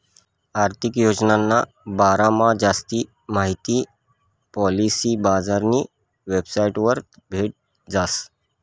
आर्थिक योजनाना बारामा जास्ती माहिती पॉलिसी बजारनी वेबसाइटवर भेटी जास